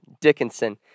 Dickinson